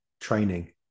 training